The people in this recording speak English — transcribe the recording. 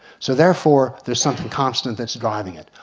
so therefore, there's something constant that's driving it.